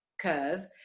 curve